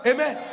Amen